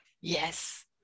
yes